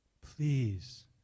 please